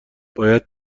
باید